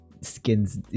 skins